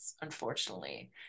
unfortunately